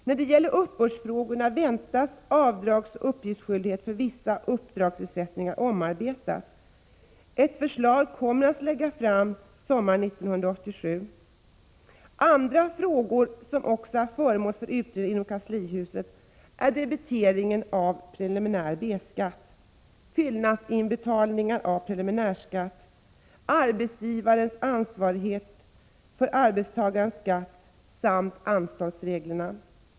När det gäller uppbördsfrågorna väntas avdragsoch uppgiftsskyldigheten för vissa uppdragsersättningar bli omarbetad. Ett förslag kommer att framläggas sommaren 1987. Andra frågor som också är föremål för utredning inom kanslihuset är debitering av preliminär B-skatt, fyllnadsinbetalning av preliminärskatt, arbetsgivarnas ansvarighet för arbetsgivarnas skatt samt anståndsreglerna.